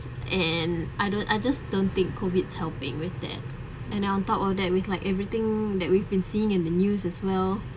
and I don't I just don't think COVID's helping with that and on top of that it's like everything that we've been seen in the news as well